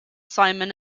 simon